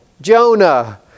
Jonah